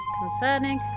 concerning